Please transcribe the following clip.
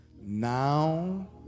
now